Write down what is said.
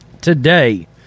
today